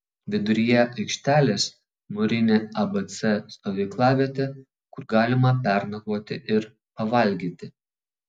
viduryje aikštelės mūrinė abc stovyklavietė kur galima pernakvoti ir pavalgyti